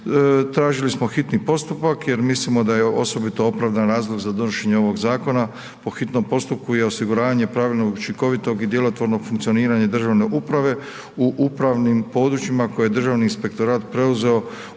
Tražili smo hitni postupak jer mislimo da je osobito opravdan razlog za donošenje ovog zakona po hitnom postupku i osiguranje pravilnog, učinkovitog i djelotvornog funkcioniranja državne uprave u upravnim područjima koje je Državni inspektorat preuzeo